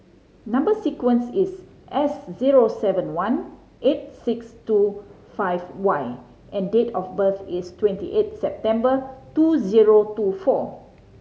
number sequence is S zero seven one eight six two five Y and date of birth is twenty eight September two zero two four